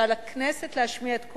שעל הכנסת להשמיע את קולה.